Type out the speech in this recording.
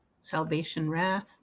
salvation-wrath